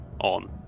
on